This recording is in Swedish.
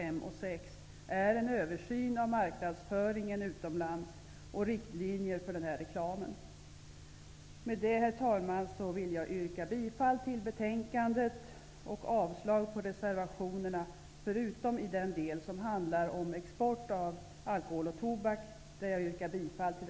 6 är en översyn av marknadsföringen utomlands och riktlinjer för denna reklam. Herr talman! Jag yrkar med detta bifall till utskottets hemställan i betänkandet och avslag på reservationerna -- med undantag av reservationerna 5 och 6 om export av alkohol och tobak, vilka jag yrkar bifall till.